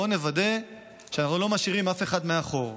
בואו נוודא שאנחנו לא משאירים אף אחד מאחור.